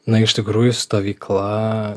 na iš tikrųjų stovykla